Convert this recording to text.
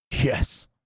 Yes